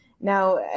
Now